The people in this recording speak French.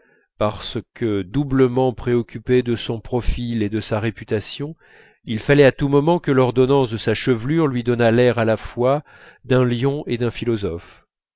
parce que doublement préoccupé de son profil et de sa réputation il fallait à tout moment que l'ordonnance de la chevelure lui donnât l'air à la fois d'un lion et d'un philosophe